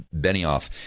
Benioff